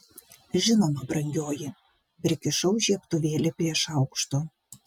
žinoma brangioji prikišau žiebtuvėlį prie šaukšto